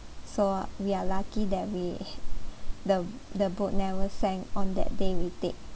so uh we're lucky that we the the boat never sank on that day we take